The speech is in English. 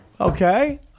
Okay